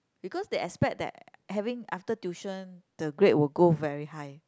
because they expect that having after tuition the grade will go very high